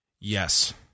Yes